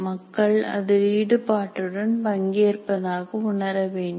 மக்கள் அதில் ஈடுபாட்டுடன் பங்கேற்பதாக உணர வேண்டும்